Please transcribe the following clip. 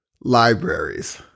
Libraries